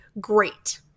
great